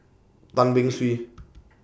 Tan Beng Swee